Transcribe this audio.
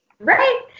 Right